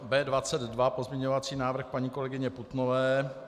B22, pozměňovací návrh paní kolegyně Putnové.